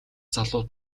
залуу